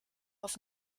auf